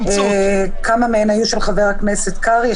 כמה מהן של חבר הכנסת קרעי,